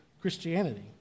Christianity